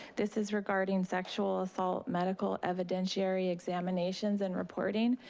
this is regarding sexual assault, medical evidentiary examinations and reporting.